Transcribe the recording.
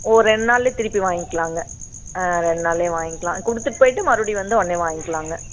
ஒர் ரெண்டு நாள்ல திருப்பி வாய்ங்கலாங்க ஆ ரெண்டு நாள்ல வாய்ங்கலாம் குடுத்துட்டு போயிவிட்டு மறுபுடியும் வந்து உடனே வாய்ங்கலாங்க